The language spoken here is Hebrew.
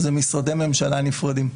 זה משרדי ממשלה נפרדים.